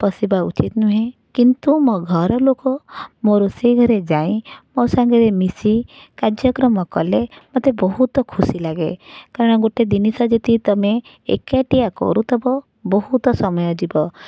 ପଶିବା ଉଚିତ ନୁହେଁ କିନ୍ତୁ ମୋ ଘରଲୋକ ମୋ ରୋଷେଇ ଘରେ ଯାଇଁ ମୋ ସାଙ୍ଗରେ ମିଶି କାର୍ଯ୍ୟକ୍ରମ କଲେ ମୋତେ ବହୁତ ଖୁସି ଲାଗେ କାରଣ ଗୋଟେ ଜିନିଷ ଯିଦି ତୁମେ ଏକାଟିଆ କରୁଥବ ବହୁତ ସମୟ ଯିବ